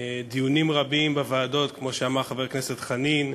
דיונים רבים בוועדות, כמו שאמר חבר הכנסת חנין,